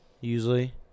usually